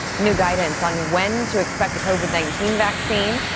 new guidance on when to expect a covid nineteen vaccine.